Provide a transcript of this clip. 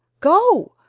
go!